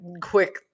quick